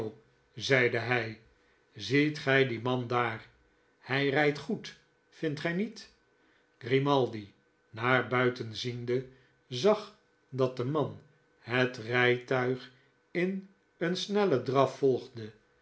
zeide hij ziet gij dien man daar hij rijdt goed vindt gij niet grimaldi naar buiten ziende zag dat de man het rijtuig in een snellen draf volgde